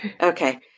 Okay